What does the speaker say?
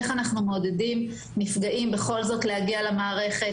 איך אנחנו מעודדים נפגעים בכל זאת להגיע למערכת,